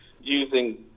using